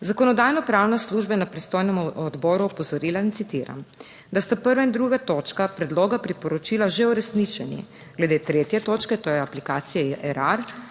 Zakonodajno-pravna služba je na pristojnem odboru opozorila in citiram: da sta 1. in 2. točka predloga priporočila že uresničeni, glede 3. točke, to je aplikacije Erar,